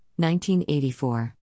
1984